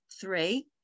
three